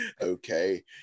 okay